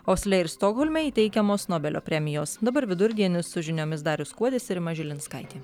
osle ir stokholme įteikiamos nobelio premijos dabar vidurdienis su žiniomis darius kuodis ir rima žilinskaitė